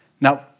Now